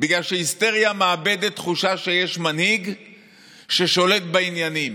בגלל שבהיסטריה מאבדים תחושה שיש מנהיג ששולט בעניינים,